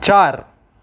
चार